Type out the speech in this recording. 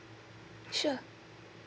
sure